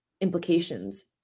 implications